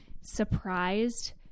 surprised